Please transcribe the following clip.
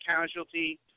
casualty